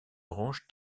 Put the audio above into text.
orange